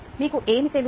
మీకు ఏమి తెలుసు